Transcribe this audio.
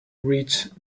rich